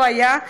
לא היה.